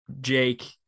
Jake